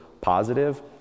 positive